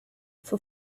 for